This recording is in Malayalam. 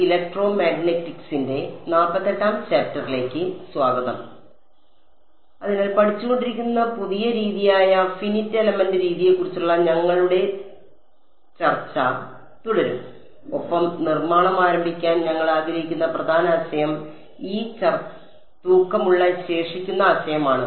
അതിനാൽ പഠിച്ചുകൊണ്ടിരിക്കുന്ന പുതിയ രീതിയായ ഫിനിറ്റ് എലമെന്റ് രീതിയെക്കുറിച്ചുള്ള ഞങ്ങളുടെ ചർച്ച ഞങ്ങൾ തുടരും ഒപ്പം നിർമ്മാണം ആരംഭിക്കാൻ ഞങ്ങൾ ആഗ്രഹിക്കുന്ന പ്രധാന ആശയം ഈ തൂക്കമുള്ള ശേഷിക്കുന്ന ആശയമാണ്